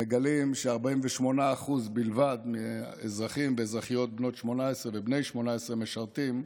מגלים ש-48% בלבד מהאזרחים והאזרחיות בני ובנות 18 משרתים,